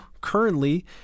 currently